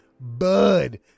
Bud